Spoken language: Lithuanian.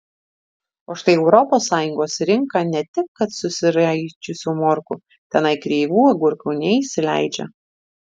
o štai į europos sąjungos rinką ne tik kad susiraičiusių morkų tenai kreivų agurkų neįsileidžia